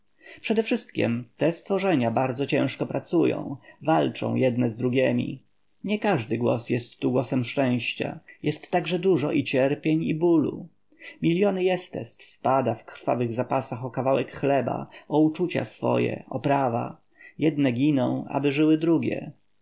przedewszystkiem te stworzenia bardzo ciężko pracują walczą jedne z drugiemi nie każdy głos jest tu głosem szczęścia jest także dużo i cierpień i bólu miliony jestestw pada w krwawych zapasach o kawałek chleba o uczucia swoje o prawa jedne giną aby żyły drugie